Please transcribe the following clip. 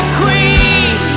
queen